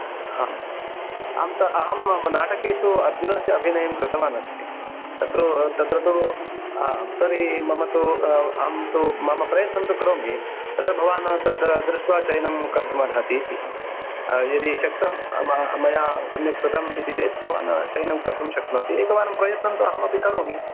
आम् अहं तु अहं नाटकेषु अर्जुनस्य अभिनयं कृतवानस्मि तत्तु तत्र तु हा तर्हि मम तु अहं तु मम प्रयत्नं तु करोमि तत्र भवान् तत् दृष्ट्वा तत्र चयनं कर्तुमर्हति इति यदि शक्तं म म मया सम्यक् कृतम् इति चेत् भवान् चयनं कर्तुं शक्नोति एकवारं प्रयत्नं तु अहमपि करोमि